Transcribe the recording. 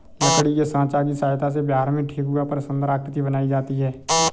लकड़ी के साँचा की सहायता से बिहार में ठेकुआ पर सुन्दर आकृति बनाई जाती है